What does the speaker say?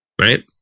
right